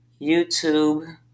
YouTube